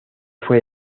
fue